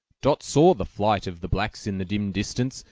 dot saw the flight of the blacks in the dim distance,